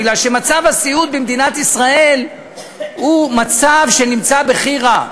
בגלל שמצב הסיעוד במדינת ישראל הוא בכי רע.